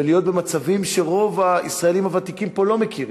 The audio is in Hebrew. להיות במצבים שרוב הישראלים הוותיקים פה לא מכירים.